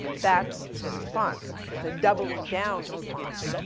that's the response, it's a doubling down response.